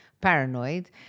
paranoid